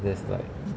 that's like